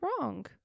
wrong